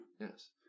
Yes